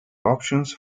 options